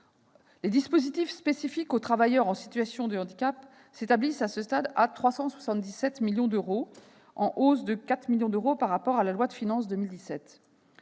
Les dispositifs spécifiques aux travailleurs en situation de handicap s'établissent à ce stade à 377 millions d'euros, en hausse de 4 millions d'euros par rapport à la loi de finances pour